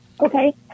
Okay